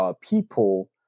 people